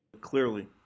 Clearly